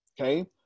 Okay